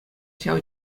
ҫав